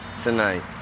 tonight